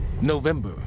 November